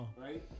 right